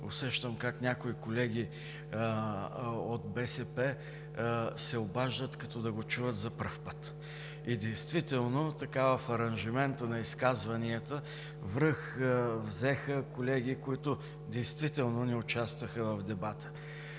усещам как някои колеги от БСП се обаждат, като да го чуват за пръв път и действително в аранжимента на изказванията връх взеха колеги, които действително не участваха в дебата.